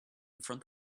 front